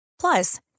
Plus